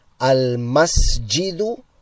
Al-masjidu